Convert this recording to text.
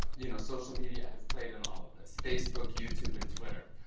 you know, social media has played in all of this, facebook, youtube, and twitter.